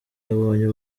yabonye